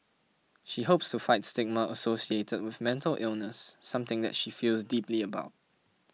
she hopes to fight stigma associated with mental illness something that she feels deeply about